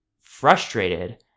frustrated